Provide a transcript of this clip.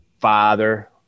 father